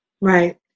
Right